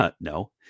No